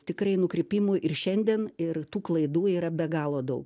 tikrai nukrypimų ir šiandien ir tų klaidų yra be galo daug